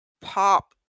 pop